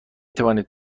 توانید